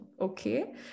Okay